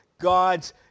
god's